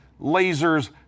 lasers